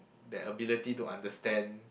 that ability to understand